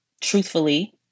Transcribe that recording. truthfully